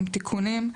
עם תיקונים.